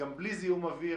גם בלי זיהום אוויר.